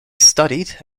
studied